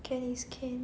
can is can